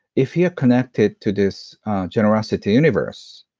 if you're connected to this generosity universe,